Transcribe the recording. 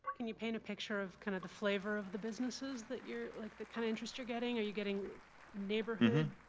can you paint a picture of kind of the flavor of the businesses that you're like the kind of interest you're getting? are you getting neighborhood